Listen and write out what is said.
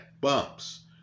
bumps